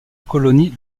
colonie